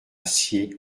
sciez